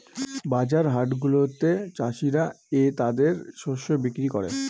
বাজার হাটগুলাতে চাষীরা ক্রেতাদের শস্য বিক্রি করে